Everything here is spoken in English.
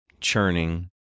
churning